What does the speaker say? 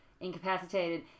incapacitated